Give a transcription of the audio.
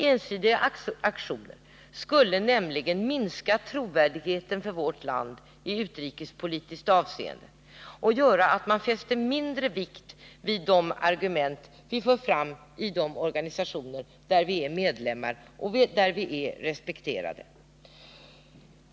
Ensidiga aktioner skulle nämligen minska Sveriges trovärdighet i utrikespolitiskt avseende och göra att man fäster mindre vikt vid de argument vi för fram i de organisationer där vi är medlemmar och där vi är respekterade.